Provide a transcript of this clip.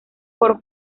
por